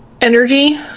energy